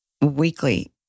weekly